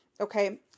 Okay